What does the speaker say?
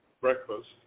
breakfast